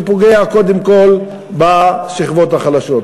שפוגע קודם כול בשכבות החלשות.